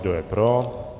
Kdo je pro?